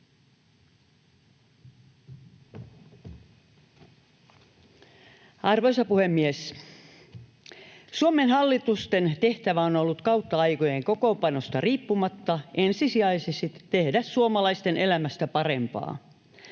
Arvoisa puhemies! Suomen hallitusten tehtävä on ollut kautta aikojen, kokoonpanosta riippumatta, ensisijaisesti tehdä suomalaisten elämästä parempaa.